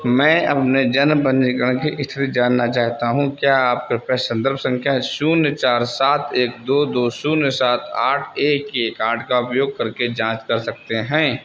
मैं अपने जन्म पंजीकरण की स्थिति जानना चाहता हूँ क्या आप कृपया संदर्भ संख्या शून्य चार सात एक दो दो शून्य सात आठ एक एक आठ का उपयोग करके जाँच कर सकते हैं